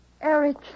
Eric